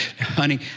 Honey